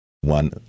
one